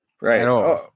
Right